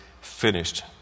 finished